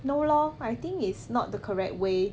no lor I think it's not the correct way